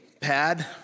pad